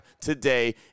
today